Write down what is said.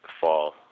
fall